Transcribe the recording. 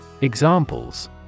Examples